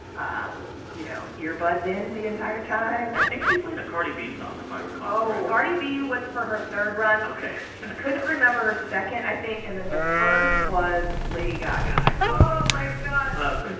um you know, earbuds in the entire time i think she played a cardi b song, if i recall correctly oh cardi b was for her third run ok she couldn't remember her second, i think. and then the first was lady gaga, i believe oh, my god i love it.